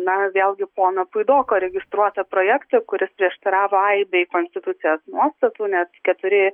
na vėlgi pono puidoko registruotą projektą kuris prieštaravo aibei konstitucijos nuostatų net keturi